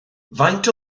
faint